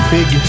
Big